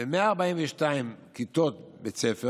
ו-142 כיתות בית ספר.